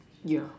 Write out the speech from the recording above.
yeah